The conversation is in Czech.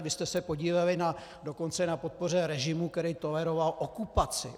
Vy jste se podíleli dokonce na podpoře režimu, který toleroval okupaci.